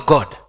God